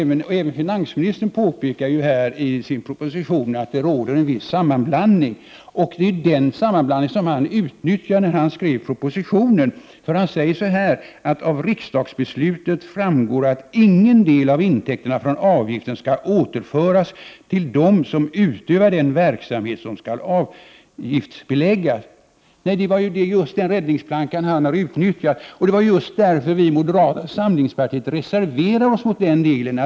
Han påpekar i sin proposition att det råder en viss sammanblandning. Han utnyttjade denna sammanblandning när han skrev propositionen. I propositionen säger finansministern: ”Av riksdagsbeslutet framgår att ingen del av intäkterna från avgiften skall återföras till dem som utövar den verksamhet som skall avgiftsbeläggas.” Det är just den räddningsplanka finansministern har utnyttjat. Det är också därför vi i Prot. 1988/89:46 moderata samlingspartiet reserverar oss mot den delen.